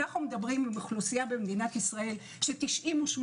אנחנו מדברים עם אוכלוסייה במדינת ישראל ש-98%